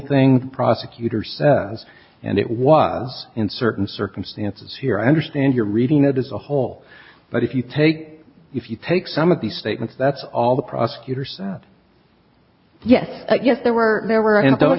the prosecutor says and it was in certain circumstances here i understand you're reading it as a whole but if you take if you take some of these statements that's all the prosecutor said yes yes there were there were and don't